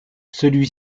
celui